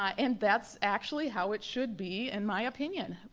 ah and that's actually how it should be, in my opinion.